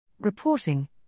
Reporting